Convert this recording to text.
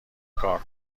کار